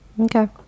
Okay